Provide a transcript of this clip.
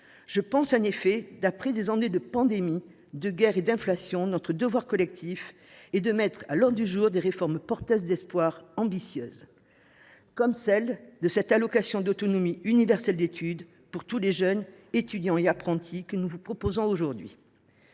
gauche. En effet, après des années de pandémie, de guerre et d’inflation, notre devoir collectif est de mettre à l’ordre du jour des réformes porteuses d’espoir et ambitieuses, comme celle de cette allocation autonomie universelle d’études pour tous les jeunes, étudiants et apprentis, que nous vous proposons aujourd’hui.